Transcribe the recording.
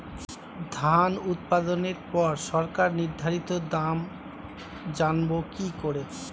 ধান উৎপাদনে পর সরকার নির্ধারিত দাম জানবো কি করে?